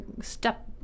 step